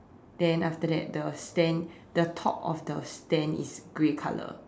then after that the stand the top of the stand is gray color